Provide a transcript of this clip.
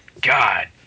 God